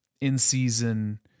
in-season